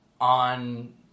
on